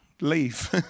leave